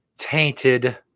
Tainted